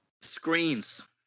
Screens